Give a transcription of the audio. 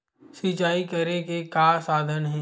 सिंचाई करे के का साधन हे?